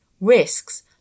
Risks